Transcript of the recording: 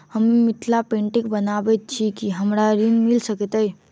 हम मिथिला पेंटिग बनाबैत छी की हमरा ऋण मिल सकैत अई?